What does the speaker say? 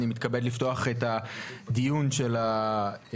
אני מתכבד לפתוח את הדיון של הוועדה